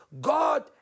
God